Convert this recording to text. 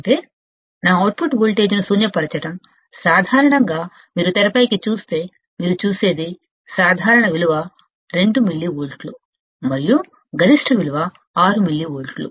అంటే నా అవుట్పుట్ వోల్టేజ్ను శూన్యపరచడం సాధారణంగా మీరు తెరపై చూస్తే మీరు చూసేది సాధారణ విలువ 2 మిల్లీవోల్ట్లు మరియు గరిష్ట విలువ 6 మిల్లీవోల్ట్లు